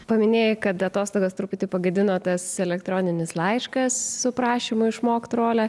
paminėjai kad atostogas truputį pagadino tas elektroninis laiškas su prašymu išmokt rolę